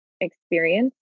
experience